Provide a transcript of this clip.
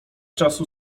czasu